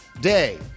day